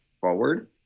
forward